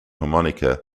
harmonica